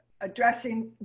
addressing